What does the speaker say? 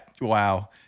wow